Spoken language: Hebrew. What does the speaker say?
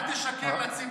אל תשקר לציבור.